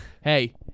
Hey